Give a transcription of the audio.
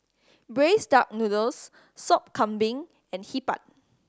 braised duck noodles Sop Kambing and Hee Pan